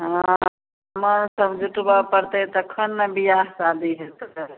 हँ तखन ने विवाह शादी हेतै